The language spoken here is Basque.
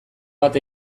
bat